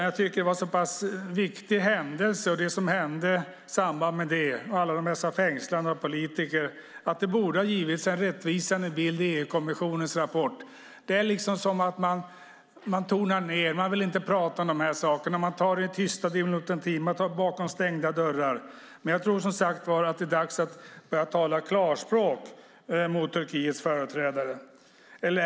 Jag tycker att det var en så pass viktig händelse, liksom det som hände i samband med det, allt detta fängslande av politiker, att det borde ha givits en rättvisande bild i EU-kommissionens rapport. Det är som om man tonar ned detta. Man vill inte prata om de här sakerna. Man tar till den tysta diplomatin. Man tar det bakom stängda dörrar. Jag tror som sagt att det är dags att börja tala klarspråk mot Turkiets företrädare.